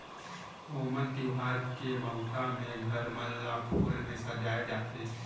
ओनम तिहार के मउका में घर मन ल फूल में सजाए जाथे